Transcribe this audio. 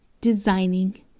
designing